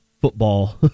football